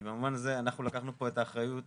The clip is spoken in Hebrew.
במובן הזה אנחנו לקחנו את האחריות